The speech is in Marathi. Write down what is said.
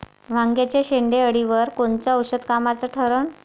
वांग्याच्या शेंडेअळीवर कोनचं औषध कामाचं ठरन?